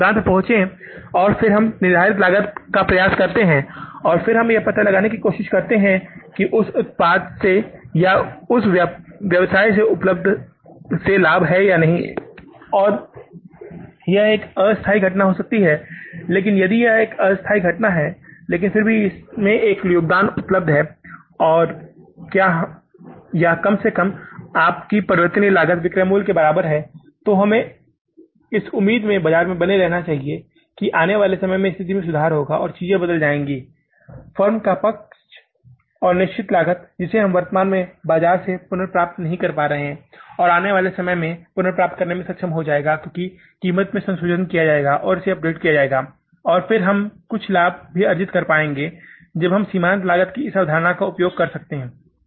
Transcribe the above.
हम योगदान पर पहुंचे और फिर हम निर्धारित लागत का प्रयास करते हैं और फिर हम यह पता लगाने की कोशिश करते हैं कि उस उत्पाद से या उस व्यवसाय से लाभ उपलब्ध है या नहीं और यह एक अस्थायी घटना हो सकती है लेकिन यदि यह एक अस्थायी घटना है लेकिन इसमें एक योगदान उपलब्ध है या कम से कम आपकी परिवर्तनीय लागत विक्रय मूल्य के बराबर है तो हमें इस उम्मीद में बाजार में बने रहना चाहिए कि आने वाले समय में स्थिति में सुधार होगा चीजें बदल जाएंगी फर्म का पक्ष और निश्चित लागत जिसे हम वर्तमान में बाजार से पुनर्प्राप्त नहीं कर पा रहे हैं आने वाले समय में पुनर्प्राप्त करने में सक्षम हो जाएगा क्योंकि कीमत को संशोधित किया जाएगा और इसे अपडेट किया जाएगा और फिर हम कुछ लाभ भी अर्जित कर पाएंगे तब हम सीमांत लागत की इस अवधारणा का उपयोग कर सकते हैं